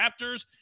Raptors